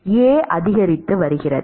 A அதிகரித்து வருகிறது